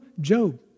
Job